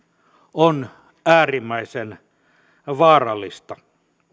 on äärimmäisen vaarallista